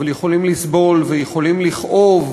אבל יכולים לסבול ויכולים לכאוב,